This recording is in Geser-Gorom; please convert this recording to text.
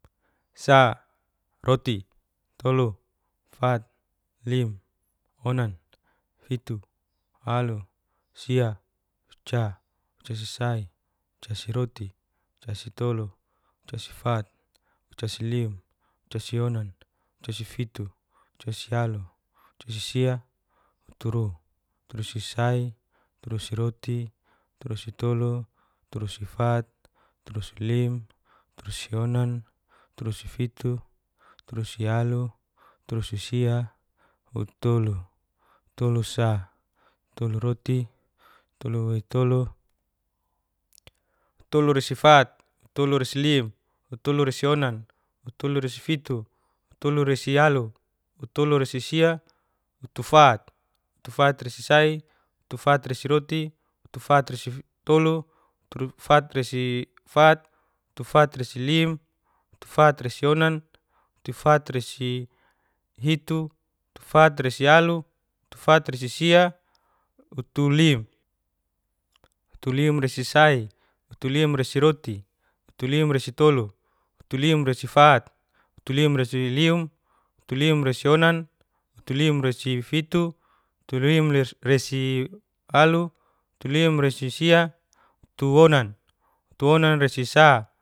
Sa, roti, tolu, fat, lim, onan, fitu, alu, sia, uca, ucasi sai, ucasi roti, casi tolu, casi fat, casi lim, casi onan, casi fitu, casi alu, casi sia, uturu, turusi sa, turusi sai, uturusi roti, turusi tolu, turusi fat, turusi lim, turusi onan, turusi fitu, turusi alu, turusi sia, ut'tolu, tulu sa, tolu roti, tolu woitolu, tolu resifat, tolu resilim, tolu resionan, tolu resifiti, tolu resialu, tolu resisia, utufat, utufat rasisai, utufat rasiroti, utufat rasitolu, utufat resifat, utufat rasilim, utufat sarionan, utufat rasihitu, utufat rasialu, utufat rasisia, utulim, utulim resisai, utulim resiroti, ulutim resitolu, ulutim resifat, utulim resilim, utulim resi onan, utulim resifiti, utulim resialu, ulutim resisia, utuonan, tuonan rasisa,